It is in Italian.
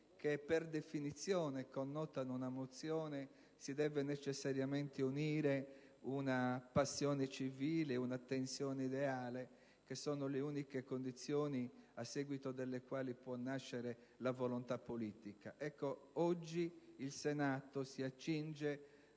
che per definizione connotano una mozione, si deve necessariamente unire una passione civile e una tensione ideale, che sono le uniche condizioni a seguito delle quali può nascere la volontà politica. Oggi il Senato si accinge